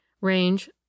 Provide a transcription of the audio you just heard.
range